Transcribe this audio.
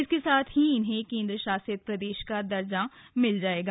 इसके साथ ही इन्हें केन्द्रशासित प्रदेश का दर्जा मिल जायेगा